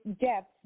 depth